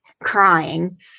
crying